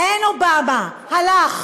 אין אובמה, הלך.